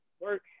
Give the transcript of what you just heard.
work